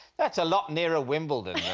that's a lot nearer wimbledon